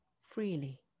freely